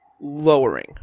Lowering